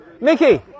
Mickey